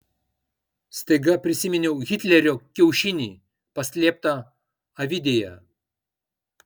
staiga prisiminiau hitlerio kiaušinį paslėptą avidėje